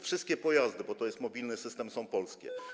Wszystkie pojazdy, bo to jest mobilny system, są polskie.